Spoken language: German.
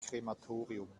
krematorium